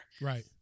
Right